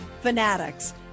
fanatics